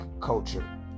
culture